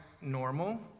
normal